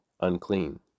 unclean